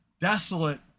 desolate